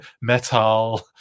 Metal